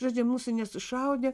žodžiu mūsų nesušaudė